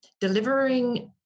delivering